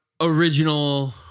original